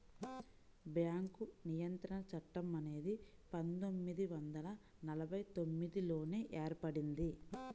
bank నియంత్రణ చట్టం అనేది పందొమ్మిది వందల నలభై తొమ్మిదిలోనే ఏర్పడింది